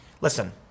Listen